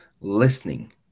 listening